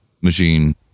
machine